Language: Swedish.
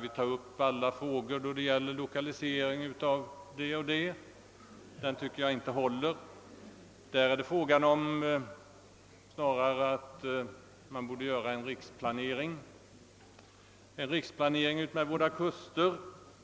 måste ta upp alla frågor som gäller lokalisering håller inte. Man borde snarare göra en riksplanering utefter våra kuster.